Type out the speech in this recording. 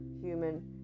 human